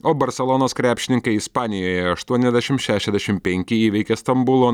o barselonos krepšininkai ispanijoje aštuoniasdešim šešiasdešim penki įveikė stambulo